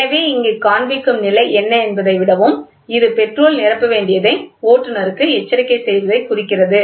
எனவே இங்கே காண்பிக்கும் நிலை என்ன என்பதை விடவும் இது பெட்ரோல் நிரப்பப்பட வேண்டியதை ஓட்டுநருக்கு எச்சரிக்கை செய்வதையும் குறிக்கிறது